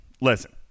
listen